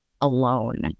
alone